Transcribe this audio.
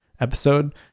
episode